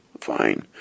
Fine